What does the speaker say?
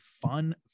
fun